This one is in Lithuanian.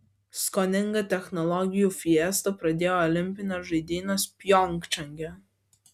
skoninga technologijų fiesta pradėjo olimpines žaidynes pjongčange